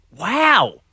Wow